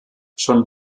schon